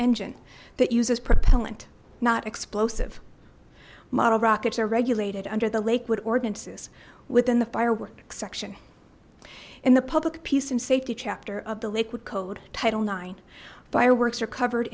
engine that uses propellant not explosive model rockets are regulated under the lakewood ordinances within the fireworks section in the public peace and safety chapter of the lakewood code title nine fireworks are covered